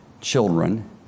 children